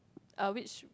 uh which